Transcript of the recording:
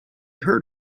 heard